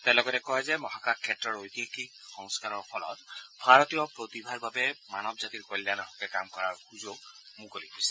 তেওঁ লগতে কয় যে মহাকাশ ক্ষেত্ৰৰ ঐতিহাসিক সংস্কাৰৰ ফলত ভাৰতীয় প্ৰতিভাৰ বাবে মানৱ জাতিৰ কল্যাণৰ হকে কাম কৰাৰ সুযোগ মুকলি হৈছে